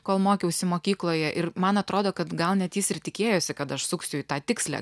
kol mokiausi mokykloje ir man atrodo kad gal net jis ir tikėjosi kad aš suksiu į tą tikslią